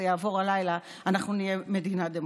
יעבור הלילה אנחנו נהיה מדינה דמוקרטית.